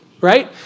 right